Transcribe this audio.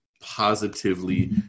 positively